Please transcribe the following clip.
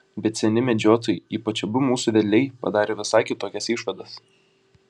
bet seni medžiotojai ypač abu mūsų vedliai padarė visai kitokias išvadas